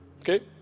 Okay